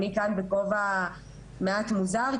אני כאן בכובע מעט מוזר,